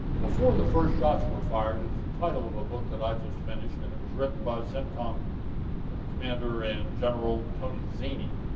before the first shots are fired, is the title of a book, that i'd just finished, and it was written by centcom commander, and general tony zinni,